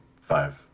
five